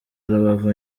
rubavu